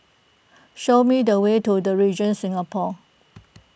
show me the way to the Regent Singapore